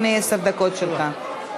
עשר דקות שלך.